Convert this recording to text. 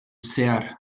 zehar